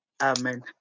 amen